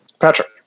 Patrick